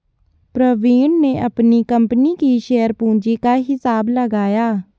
प्रवीण ने अपनी कंपनी की शेयर पूंजी का हिसाब लगाया